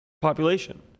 population